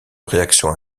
réactions